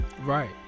Right